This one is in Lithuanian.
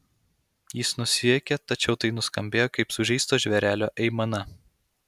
jis nusijuokė tačiau tai nuskambėjo kaip sužeisto žvėrelio aimana